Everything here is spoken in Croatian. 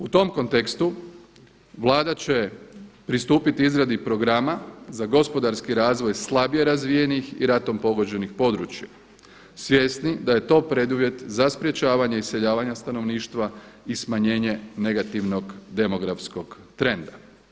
U tom kontekstu, Vlada će pristupiti izradi programa za gospodarski razvoj slabije razvijenih i ratom pogođenih područja, svjesni da je to preduvjet za sprečavanje iseljavanja stanovništva i smanjenje negativnog demografskog trenda.